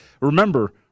Remember